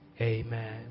Amen